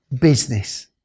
business